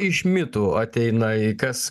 iš mitų ateina į kas